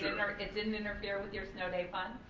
it didn't interfere with your snow day fun?